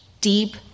deep